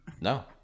no